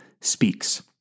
speaks